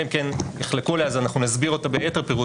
אלא אם כן יחלקו עלי אז אנחנו נסביר אותה ביתר פירוט,